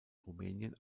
rumänien